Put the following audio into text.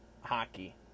hockey